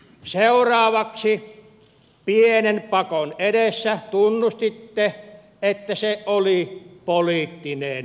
seuraavaksi pienen pakon edessä tunnustitte että se oli poliittinen päätös